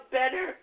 better